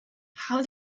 how